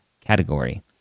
category